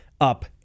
up